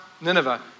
Nineveh